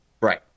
Right